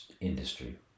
industry